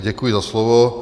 Děkuji za slovo.